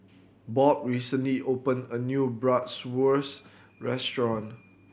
Bob recently opened a new Bratwurst Restaurant